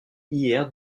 hier